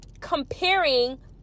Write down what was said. comparing